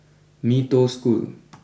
Mee Toh School